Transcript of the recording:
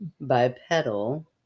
bipedal